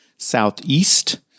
Southeast